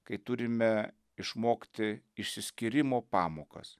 kai turime išmokti išsiskyrimo pamokas